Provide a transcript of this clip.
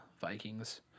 Vikings